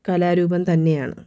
കലാരൂപം തന്നെയാണ്